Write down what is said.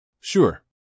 Sure